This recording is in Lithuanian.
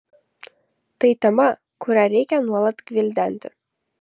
tai tema kurią reikia nuolat gvildenti